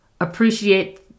appreciate